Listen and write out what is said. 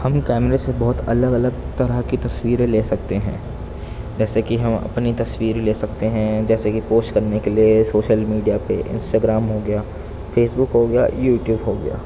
ہم کیمرے سے بہت الگ الگ طرح کی تصویریں لے سکتے ہیں جیسے کہ ہم اپنی تصویر لے سکتے ہیں جیسے کہ پوسٹ کرنے کے لیے سوشل میڈیا پہ انسٹاگرام ہو گیا فیس بک ہو گیا یو ٹیوب ہو گیا